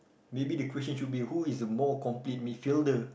maybe the question should be who is more complete mid fielder